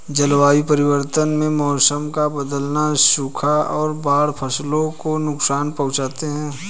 जलवायु परिवर्तन में मौसम का बदलना, सूखा और बाढ़ फसलों को नुकसान पहुँचाते है